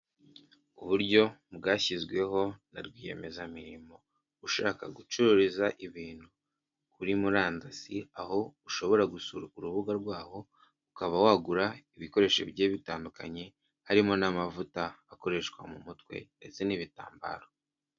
Uburyo bwashyizweho na rwiyemezamirimo ushaka gucururiza ibintu kuri murandasi aho ushobora gusura urubuga rwaho ukaba wagura ibikoresho bigiye bitandukanye harimo n'amavuta akoreshwa mu mutwe ndetse n'ibitambaro.